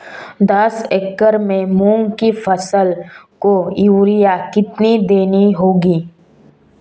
दस एकड़ में मूंग की फसल को यूरिया कितनी देनी होगी?